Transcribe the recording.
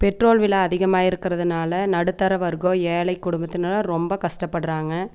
petrol விலை அதிகமாயிருக்கறதுனால் நடுத்தர வர்கம் ஏழை குடும்பத்தினர் ரொம்ப கஷ்டப்படுறாங்க